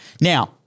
Now